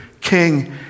king